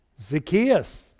Zacchaeus